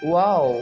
wow